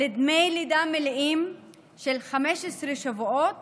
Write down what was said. לדמי לידה מלאים של 15 שבועות